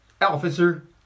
officer